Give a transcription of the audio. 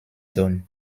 done